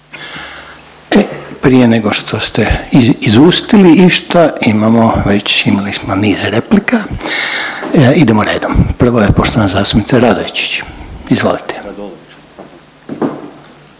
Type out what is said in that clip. Prije nego što ste izustili išta imamo već imali smo niz replika. Idemo redom, prvo je poštovana zastupnica RAdojčić. Izvolite.